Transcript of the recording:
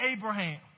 Abraham